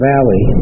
Valley